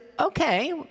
okay